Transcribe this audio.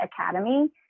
Academy